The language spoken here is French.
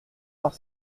vingt